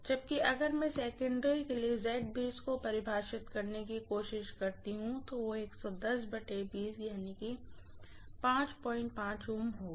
जबकि अगर मैं सेकेंडरी के लिए को परिभाषित करने की कोशिश करता हूं जो होगा